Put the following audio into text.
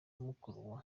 mukuru